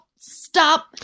stop